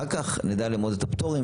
אחר כך נדע לאמוד את הפטורים,